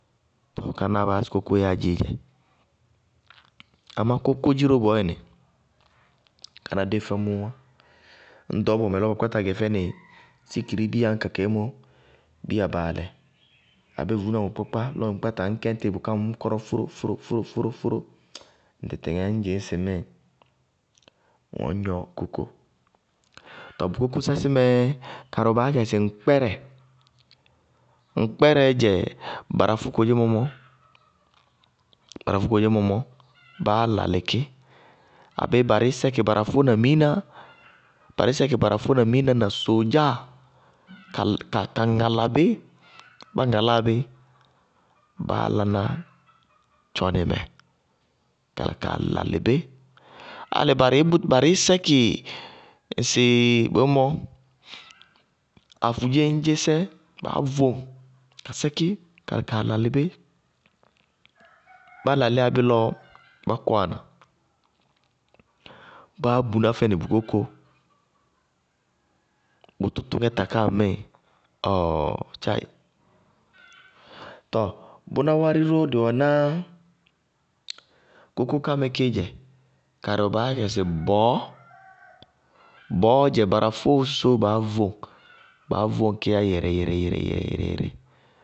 Kánáá baá yá sɩ kókó yáádzií dzɛ. Amá kókó dziró bɔɔyɛnɩ, káná dé fɛmʋʋ wá. Ñŋ ɖɔɔbɔmɛ lɔ ba kpáta gɛ fɛnɩ sikiri bíya ŋka kadzémɔ bíya baalɛ abéé vuúna bʋrʋkpákpá, lɔ ŋ kpáta ŋñ kɛñtɩ bʋká ŋñ gnɔ fóró- fóró- fóró, ŋtɩtɩŋɛ ŋñ dzɩñ sɩ ŋ wɛ ŋñ gnɔ kókó. Tɔɔ kókósɛ sí mɛɛ karɩ wɛ baá yá kɛ sɩ ŋkpɛrɛ. Barafó kodzémɔ mɔ, báá lalɩ kí, abéé barɩí sɛkɩ barafó na mɩiná, barɩí sɛkɩ barafó na mɩiná na soodzáa, ka ŋala bí, bá ŋaláa bí, báá laná tchɔnɩmɛ kaa lalɩ bí. Álɩ barɩí sɛkɩ boyémɔ ŋsɩ afudzéñdzésɛ, baá vóŋ ka sɛkí kala kaa lalɩ bí. Bá lalɩyá lɔ bá kɔwana, báá buná fɛnɩ bʋ kókó, bʋ tʋtʋŋɛ taká ŋmíɩ, ɔɔɔɔ tcháɩ! tɔɔ bʋná wárí róó dɩ wɛná kókó ká mɛ kéé dzɛ, baá yá bɩ sɩ bɔɔ, bɔɔɔ dzɛ barafó woósósóó baá vóŋ, baá vóŋ kíí yá yɛrɛ- yɛrɛ- yɛrɛ.